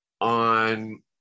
On